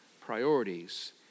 priorities